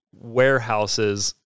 warehouses